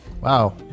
wow